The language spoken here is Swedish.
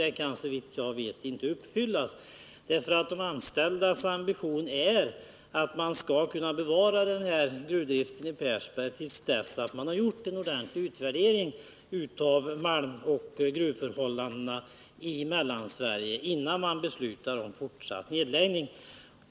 De anställdas ambition är att innan man beslutar om fortsatt nedläggning skall man bevara denna gruvdrift i Persberg till dess att en ordentlig utvärdering av malmoch gruvförhållandena i Mellansverige har gjorts.